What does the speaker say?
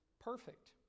perfect